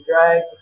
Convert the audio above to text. drag